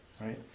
right